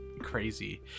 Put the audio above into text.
crazy